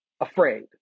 afraid